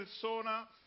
persona